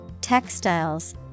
textiles